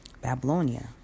Babylonia